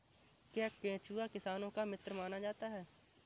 क्या केंचुआ किसानों का मित्र माना जाता है?